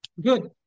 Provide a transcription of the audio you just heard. Good